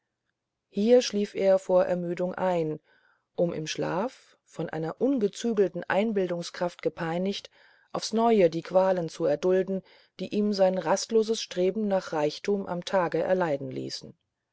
hier schlief er vor ermüdung ein um im schlafe von einer ungezügelten einbildungskraft gepeinigt aufs neue die qualen zu erdulden die ihm sein rastloses streben nach reichtum am tage erleiden ließ